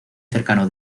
cercano